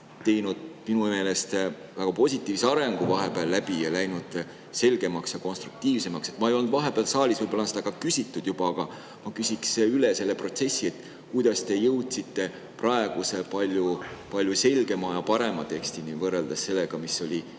teinud minu meelest vahepeal väga positiivse arengu läbi, läinud selgemaks ja konstruktiivsemaks. Ma ei olnud vahepeal saalis, võib-olla on seda ka küsitud juba, aga ma küsiksin üle selle protsessi kohta. Kuidas te jõudsite praeguse palju selgema ja parema tekstini võrreldes sellega, mis oli